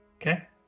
Okay